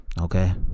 Okay